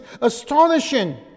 astonishing